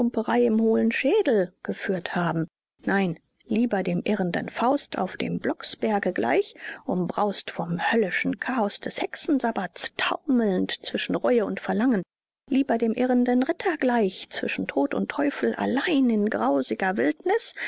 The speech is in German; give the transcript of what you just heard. hohlen schädel geführt haben nein lieber dem irrenden faust auf dem blocksberge gleich umbraust vom höllischen chaos des hexensabbaths taumelnd zwischen reue und verlangen lieber dem irrenden ritter gleich zwischen tod und teufel allein in grauser wildnis